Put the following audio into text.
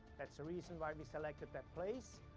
that's the reason why we selected that place.